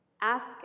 Ask